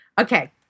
Okay